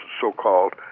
so-called